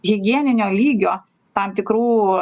higieninio lygio tam tikrų